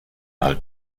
halt